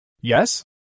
Yes